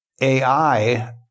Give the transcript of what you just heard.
AI